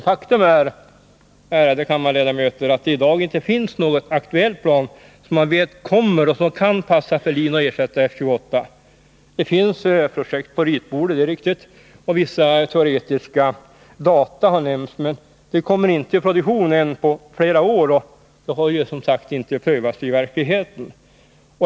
Faktum är, ärade kammarledamöter, att det i dag inte finns något aktuellt plan som man vet kommer och som kan passa för LIN och ersätta F 28. Det är riktigt att det finns projekt på ritbordet, och vissa teoretiska data har nämnts, men de planen kommer inte i produktion ännu på flera år och har inte prövats i verkligheten.